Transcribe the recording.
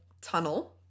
tunnel